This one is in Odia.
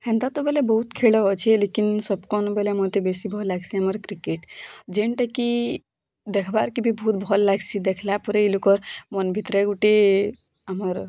ହେନ୍ତା ତ ବୋଲେ ବହୁତ ଖେଲ ଅଛି ଲେକିନ୍ ସବ୍ କନ୍ ବୋଲେ ମୋତେ ବେଶୀ ଭଲ୍ ଲାଗ୍ସି କ୍ରିକେଟ୍ ଯେନ୍ଟାକି ଦେଖ୍ବାର୍ କେ ବହୁତ ଭଲ୍ ଲାଗ୍ସି ଦେଖ୍ଲା ପରେ ଲୋକ ମନ୍ ଭିତରେ ଗୋଟିଏ ଆମର୍